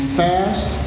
fast